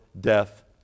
death